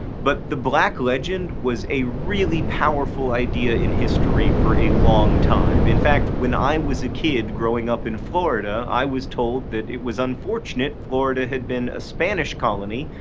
but the black legend was a really powerful idea in history for a long time in fact, when i was a kid growing up in florida, i was told that it was unfortunate florida had been a spanish colony,